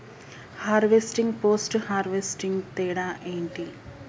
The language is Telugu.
హార్వెస్టింగ్, పోస్ట్ హార్వెస్టింగ్ తేడా ఏంటి?